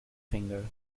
finger